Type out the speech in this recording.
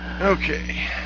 Okay